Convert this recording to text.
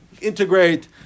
integrate